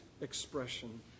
expression